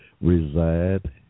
reside